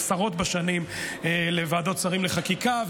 עשרות בשנים לוועדת שרים לחקיקה.